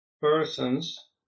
persons